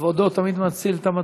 כבודו תמיד מציל את המצב.